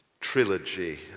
trilogy